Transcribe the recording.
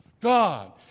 God